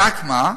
רק מה?